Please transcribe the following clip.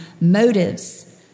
motives